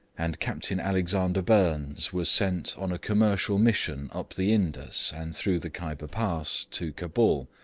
and captain alexander burnes was sent on a commercial mission up the indus, and through the kyber pass, to cabul,